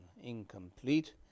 incomplete